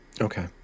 Okay